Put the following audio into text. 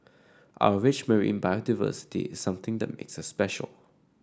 our rich marine biodiversity is something that makes us special